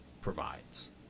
provides